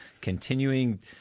continuing